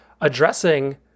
addressing